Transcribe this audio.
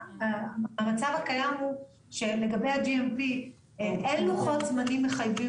המצב הקיים הוא שלגבי ה-GMP אין לוחות זמנים מחייבים